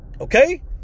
Okay